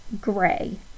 gray